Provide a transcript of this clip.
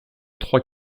trois